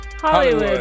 Hollywood